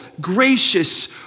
gracious